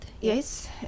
yes